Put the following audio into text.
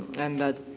and say,